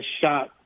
shot